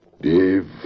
Dave